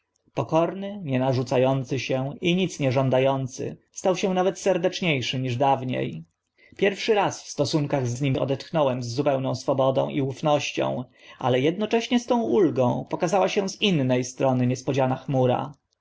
pokorny nie narzuca ący się i nic nie żąda ący stał się nawet serdecznie szym niż dawnie pierwszy raz w stosunkach z nim odetchnąłem zupełną swobodą i ufnością ale ednocześnie z tą ulgą pokazała się z inne strony niespodziana chmura